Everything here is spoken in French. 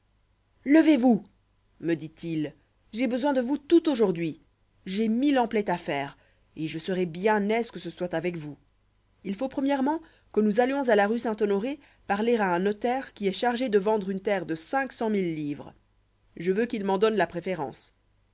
levez-vous me dit-il j'ai besoin de vous tout aujourd'hui j'ai mille emplettes à faire et je serai bien aise que ce soit avec vous il faut premièrement que nous allions à la rue saint-honoré parler à un notaire qui est chargé de vendre une terre de cinq cent mille livres je veux qu'il m'en donne la préférence